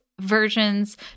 versions